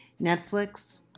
Netflix